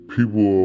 People